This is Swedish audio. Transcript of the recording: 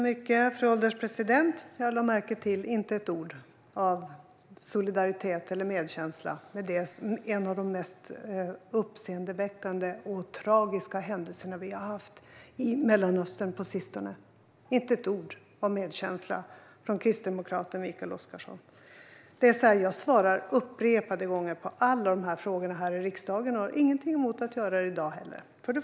Fru ålderspresident! Jag lade märke till att det inte sas ett ord av solidaritet eller medkänsla om en av de mest uppseendeväckande och tragiska händelserna vi har haft i Mellanöstern på sistone. Det var inte ett ord av medkänsla från kristdemokraten Mikael Oscarsson. Jag svarar upprepade gånger på alla frågorna här i riksdagen, och jag har ingenting emot att göra det i dag heller.